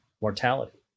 mortality